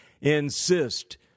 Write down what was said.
insist